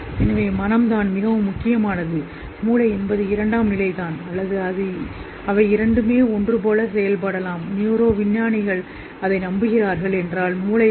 எனவே மனம் முதன்மை மூளை இரண்டாம் நிலை அல்லது அவை இருக்கலாம் ஒரே நேரத்தில்